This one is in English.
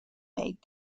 made